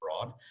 broad